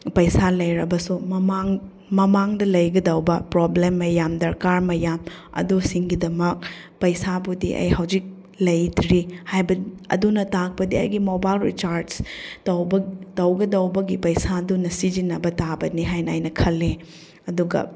ꯄꯩꯁꯥ ꯂꯩꯔꯕꯁꯨ ꯃꯃꯥꯡ ꯃꯃꯥꯡꯗ ꯂꯩꯒꯗꯧꯕ ꯄ꯭ꯔꯣꯕ꯭ꯂꯦꯝ ꯃꯌꯥꯝ ꯗꯔꯀꯥꯔ ꯃꯌꯥꯝ ꯑꯗꯨꯁꯤꯡꯒꯤꯗꯃꯛ ꯄꯩꯁꯥꯕꯨꯗꯤ ꯑꯩ ꯍꯧꯖꯤꯛ ꯂꯩꯇ꯭ꯔꯤ ꯍꯥꯏꯕ ꯑꯗꯨꯅ ꯇꯥꯛꯄꯗꯤ ꯑꯩꯒꯤ ꯃꯣꯕꯥꯏꯜ ꯔꯤꯆꯥꯔꯖ ꯇꯧꯒꯗꯧꯕꯒꯤ ꯄꯩꯁꯥꯗꯨꯅ ꯁꯤꯖꯤꯟꯅꯕ ꯇꯥꯕꯅꯤ ꯍꯥꯏꯅ ꯑꯩꯅ ꯈꯜꯂꯤ ꯑꯗꯨꯒ